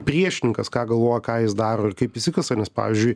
priešininkas ką galvoja ką jis daro ir kaip įsikasa nes pavyzdžiui